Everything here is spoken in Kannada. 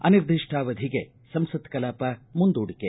ಅನಿರ್ಧಿಷ್ಟಾವಧಿಗೆ ಸಂಸತ್ ಕಲಾಪ ಮುಂದೂಡಿಕೆ